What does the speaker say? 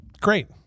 great